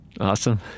Awesome